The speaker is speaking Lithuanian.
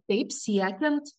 taip siekiant